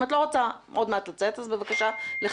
אם את לא רוצה עוד מעט לצאת אז בבקשה לכבד,